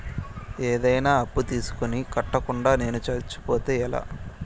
ఏదైనా అప్పు తీసుకొని కట్టకుండా నేను సచ్చిపోతే ఎలా